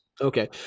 Okay